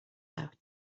out